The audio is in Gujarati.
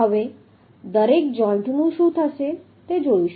હવે દરેક જોઈન્ટનું શું થશે તે જોઈશું